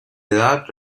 edad